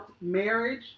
marriage